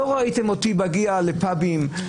לא ראיתם אותי מגיע לפאבים,